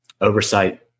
oversight